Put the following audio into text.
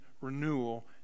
renewal